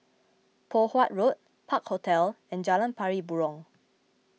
Poh Huat Road Park Hotel and Jalan Pari Burong